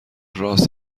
رآس